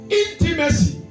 intimacy